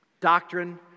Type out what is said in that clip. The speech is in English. Doctrine